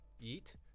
eat